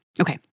Okay